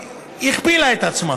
שהכפילה את עצמה